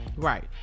right